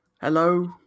Hello